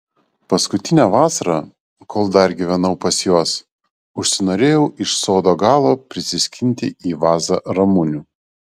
paskutinę vasarą kol dar gyvenau pas juos užsinorėjau iš sodo galo prisiskinti į vazą ramunių